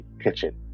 kitchen